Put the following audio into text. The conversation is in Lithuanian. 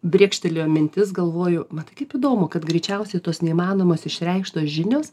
brėkštelėjo mintis galvoju mat kaip įdomu kad greičiausiai tos neįmanomos išreikštos žinios